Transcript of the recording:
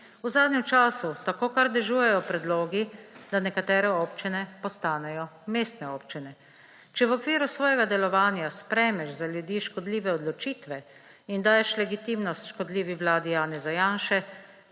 V zadnjem času tako kar dežujejo predlogi, da nekatere občine postanejo mestne občine. Če v okviru svojega delovanja sprejmeš za ljudi škodljive odločitve in daješ legitimnost škodljivi vladi Janeza Janše,